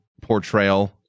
portrayal